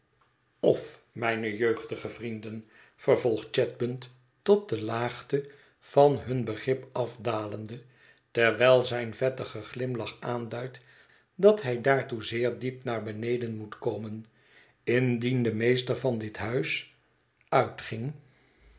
of mijne jeugdige vrienden vervolgt chadband tot de laagte van hun begrip afdalende terwijl zijn vettige glimlach aanduidt dat hij daartoe zeer diep naar beneden moet komen indien de meester van dit huis uitging